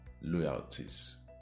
loyalties